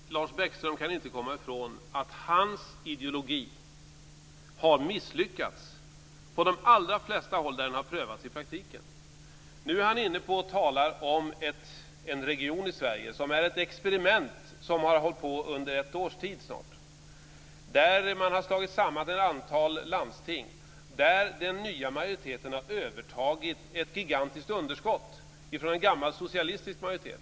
Fru talman! Lars Bäckström kan inte komma ifrån att hans ideologi har misslyckats på de allra flesta håll där den har prövats i praktiken. Nu talar han om en region i Sverige som är ett experiment som har hållit på i snart ett års tid, där man har slagit samman ett antal landsting och där den nya majoriteten har övertagit ett gigantiskt underskott från en gammal socialistisk majoritet.